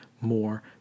more